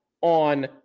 on